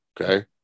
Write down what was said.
okay